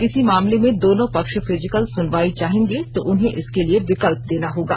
किसी मामले में दोनों पक्ष फिजिकल सुनवाई चाहेंगे तो उन्हें इसके लिए विकल्प देना होगा